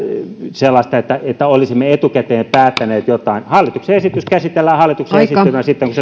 sellaista että olisimme etukäteen päättäneet jotain hallituksen esitys käsitellään hallituksen esittämänä sitten kun